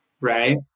right